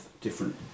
different